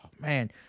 Man